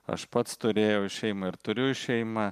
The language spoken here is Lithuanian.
aš pats turėjau šeimą ir turiu šeimą